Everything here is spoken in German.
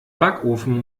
backofen